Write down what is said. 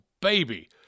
baby